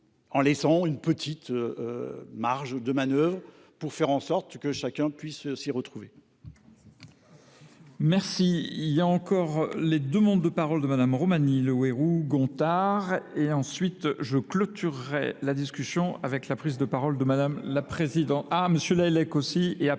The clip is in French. en laissant une petite marge de manoeuvre pour faire en sorte que chacun puisse s'y retrouver.